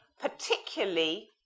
particularly